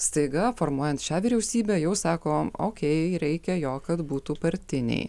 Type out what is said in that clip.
staiga formuojant šią vyriausybę jau sako okei reikia jo kad būtų partiniai